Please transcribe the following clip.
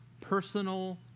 personal